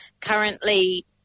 currently